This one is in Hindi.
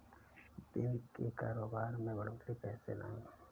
दिन के कारोबार में बढ़ोतरी कैसे लाएं?